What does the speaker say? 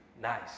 nice